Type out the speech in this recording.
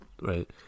right